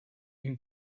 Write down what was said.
une